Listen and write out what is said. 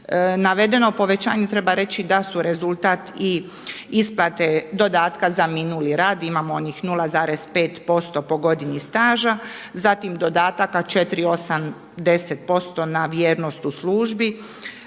Navedeno povećanje treba reći da su rezultat i isplate dodatka za minuli rad, imamo onih 0,5% po godini staža, zatim dodataka 4, 8, 10% na vjernost u službi,